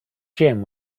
gem